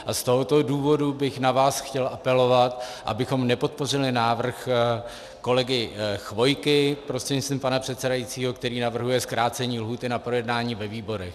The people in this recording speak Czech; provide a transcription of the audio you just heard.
Z tohoto důvodu bych na vás chtěl apelovat, abychom nepodpořili návrh kolegy Chvojky prostřednictvím pana předsedajícího, který navrhuje zkrácení lhůty na projednání ve výborech.